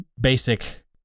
basic